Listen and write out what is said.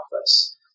office